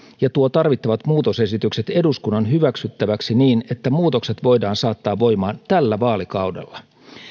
ja tuo tarvittavat muutosesitykset eduskunnan hyväksyttäväksi niin että muutokset voidaan saattaa voimaan tällä vaalikaudella